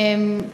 תודה,